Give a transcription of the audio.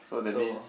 so